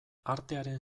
artearen